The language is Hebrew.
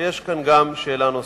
ויש כאן גם שאלה נוספת,